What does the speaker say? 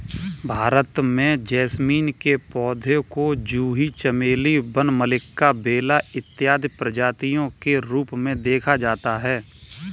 भारत में जैस्मीन के पौधे को जूही चमेली वन मल्लिका बेला इत्यादि प्रजातियों के रूप में देखा जाता है